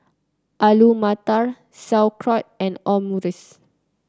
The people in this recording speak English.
Alu Matar Sauerkraut and Omurice